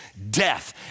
death